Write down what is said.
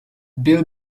bill